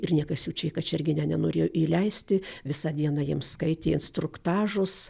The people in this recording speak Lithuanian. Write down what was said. ir niekas jų čia į kačerginę nenorėjo įleisti visą dieną jiems skaitė instruktažus